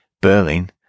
Berlin